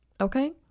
okay